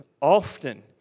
often